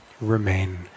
remain